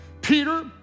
Peter